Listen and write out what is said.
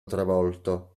travolto